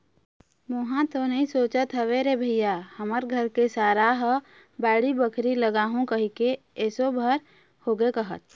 मेंहा तो नइ सोचत हव रे भइया हमर घर के सारा ह बाड़ी बखरी लगाहूँ कहिके एसो भर होगे कहत